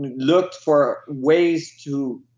looked for ways to.